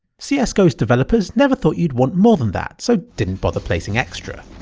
cs go's developers never thought you'd want more than that so didn't bother placing extra.